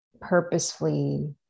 purposefully